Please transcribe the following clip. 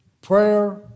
prayer